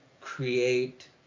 create